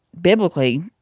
biblically